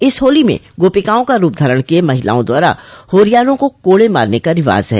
इस होली में गोपिकाओं का रूप धारण किये महिलाओं द्वारा होरियारों को कोड़े मारने की रिवाज है